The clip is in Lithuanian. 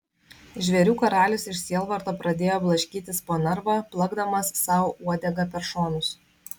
žvėrių karalius iš sielvarto pradėjo blaškytis po narvą plakdamas sau uodega per šonus